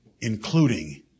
including